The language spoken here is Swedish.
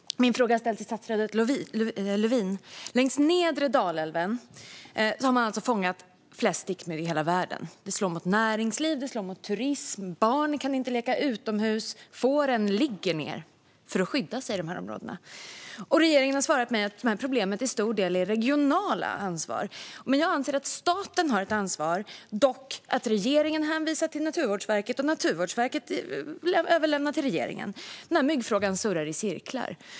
Fru talman! Min fråga är till statsrådet Lövin. Längs nedre Dalälven har man fångat flest stickmyggor i hela världen. Mängden mygg i detta område slår mot näringsliv och turism. Barnen kan inte leka utomhus. Fåren ligger ned för att skydda sig. Regeringen har svarat mig att dessa problem till stor del är ett regionalt ansvar. Jag anser att staten har ett ansvar. Men regeringen hänvisar till Naturvårdsverket, och Naturvårdsverket lämnar över till regeringen. Myggfrågan surrar i cirklar.